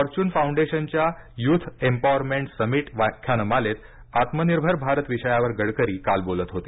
Fortune फाऊंडेशनच्या youth empowerment summit व्याख्यानमालेत आत्मनिर्भर भारत विषयावर गडकरी काल बोलत होते